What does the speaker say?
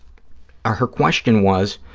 ah her question was,